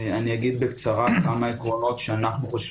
אני אגיד בקצרה כמה עקרונות שאנחנו,